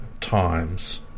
times